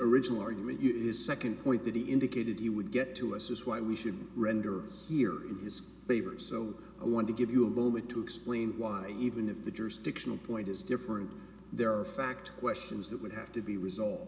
original argument is second point that he indicated he would get to assess why we should render here in his favor so i want to give you a moment to explain why even if the jurisdictional point is different there are fact questions that would have to be resolved